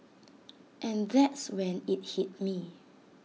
and that's when IT hit me